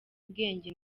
ubwenge